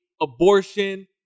Abortion